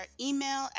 email